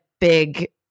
big